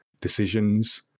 decisions